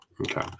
Okay